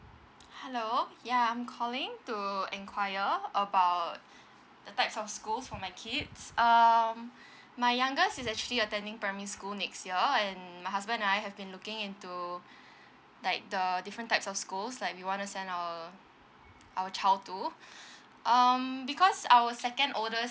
hello ya I'm calling to enquire about the types of school for my kids um my youngest is actually attending primary school next year and my husband and I have been looking into like the different types of schools like we wanna send our our child to um because our second oldest